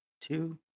two